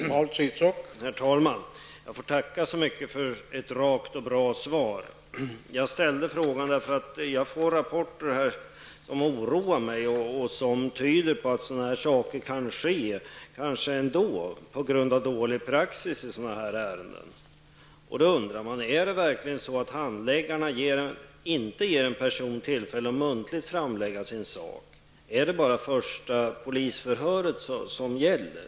Herr talman! Jag får tacka så mycket för ett rakt och bra svar. Jag ställde frågan, därför att jag då och då får rapporter som oroar mig och som tyder på att sådant här kan ske på grund av att praxis är dålig i sådana här ärenden. Jag undrar: Är det verkligen så, att handläggarna inte ger en person tillfälle att muntligt framlägga sin sak? Är det alltså bara det första polisförhöret som gäller?